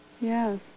Yes